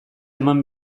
eman